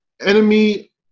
enemy